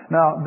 Now